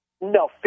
No